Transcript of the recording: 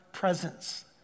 presence